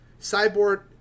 Cyborg